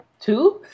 two